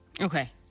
okay